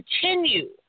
continue